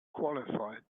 qualified